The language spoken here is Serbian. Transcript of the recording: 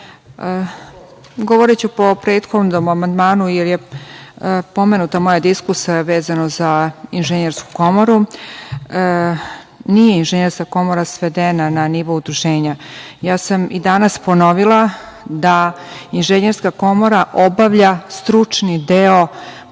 po prethodnom amandmanu, jer je pomenuta moja diskusija vezano za inženjersku komoru. Nije inženjerska komora svedena na nivo udruženja. Ja sam i danas ponovila da inženjerska komora obavlja stručni deo